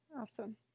Awesome